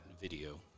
video